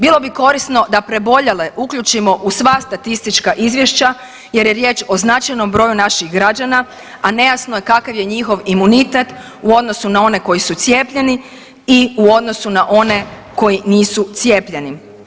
Bilo bi korisno da preboljele uključimo u sva statistička izvješća jer je riječ o značajnom broju naših građana, a nejasno je kakav je njihov imunitet u odnosu na one koji su cijepljeni i u odnosu na one koji nisu cijepljeni.